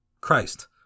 Christ